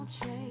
change